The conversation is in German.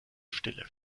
stille